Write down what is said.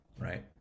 right